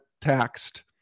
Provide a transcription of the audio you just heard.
taxed